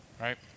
right